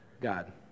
God